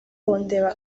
kundeba